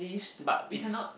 but if